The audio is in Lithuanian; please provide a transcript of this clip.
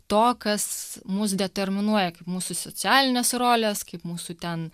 to kas mus determinuoja kaip mūsų socialinės rolės kaip mūsų ten